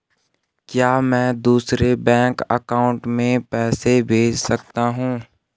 क्या मैं दूसरे बैंक अकाउंट में पैसे भेज सकता हूँ?